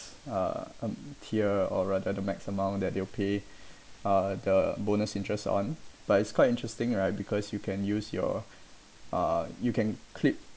uh m~ tier or rather the max amount that they'll pay uh the bonus interest on but it's quite interesting right because you can use your uh you can clip